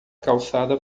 calçada